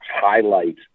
highlight